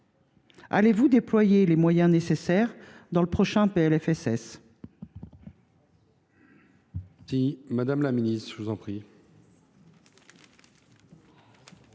Allez vous déployer les moyens nécessaires le prochain projet